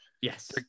Yes